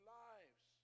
lives